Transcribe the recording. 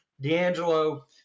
D'Angelo